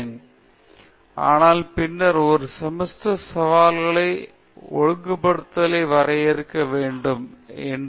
எனவே நான் இங்கிருந்து வெளியே செல்ல வேண்டும் என்று நினைத்தேன் ஆனால் பின்னர் ஒரு செமஸ்டர் சவால்களை ஒழுங்குபடுத்துதலை வரையறுக்க வேண்டும் என்று